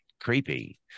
creepy